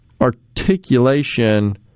articulation